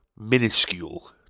Minuscule